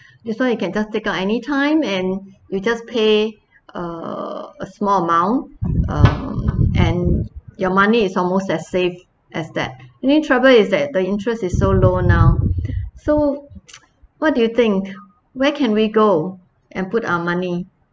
this one you can just take out anytime and you just pay uh a small amount um and your money is almost as safe as that new trouble is that the interest is so low now so what do you think where can we go and put our money